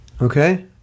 Okay